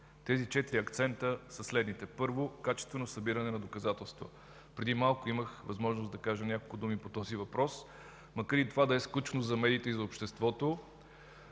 Тези четири акцента са следните: Първо, качествено събиране на доказателства. Преди малко имах възможност да кажа няколко думи по този въпрос. Макар и това да е скучно за медиите и обществото,